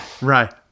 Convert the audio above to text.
Right